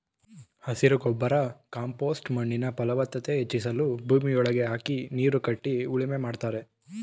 ಹಸಿರು ಗೊಬ್ಬರ ಕಾಂಪೋಸ್ಟ್ ಮಣ್ಣಿನ ಫಲವತ್ತತೆ ಹೆಚ್ಚಿಸಲು ಭೂಮಿಯೊಳಗೆ ಹಾಕಿ ನೀರು ಕಟ್ಟಿಗೆ ಉಳುಮೆ ಮಾಡ್ತರೆ